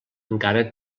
encara